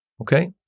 Okay